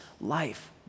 life